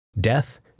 death